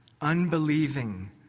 unbelieving